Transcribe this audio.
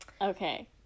Okay